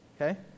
Okay